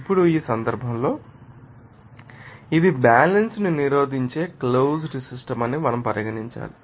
ఇప్పుడు ఈ సందర్భంలో ఇది బ్యాలన్స్ ను నిరోధించే క్లోజ్డ్ సిస్టమ్ అని మనం పరిగణించాలి